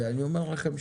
אני אומר לכם,